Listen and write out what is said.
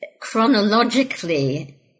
Chronologically